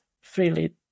freely